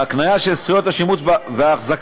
ההקניה של זכויות השימוש וההחזקה,